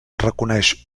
reconeix